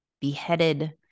beheaded